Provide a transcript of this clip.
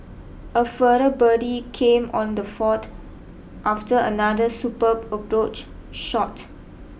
a further birdie came on the fourth after another superb approach shot